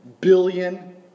billion